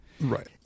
Right